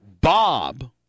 Bob